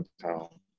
town